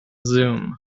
zoom